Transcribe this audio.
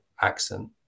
accent